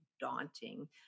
daunting